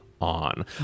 on